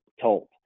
told